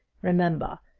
remember,